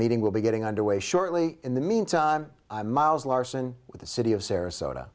meeting will be getting underway shortly in the meantime miles larson with the city of sarasota